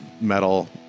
metal